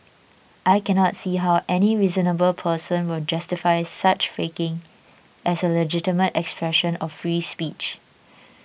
I cannot see how any reasonable person will justify such faking as a legitimate expression of free speech